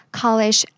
college